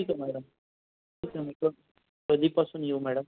ठीक आहे मॅडम ठीक आहे मी कोट कधीपासून येऊ मॅडम